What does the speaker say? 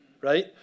right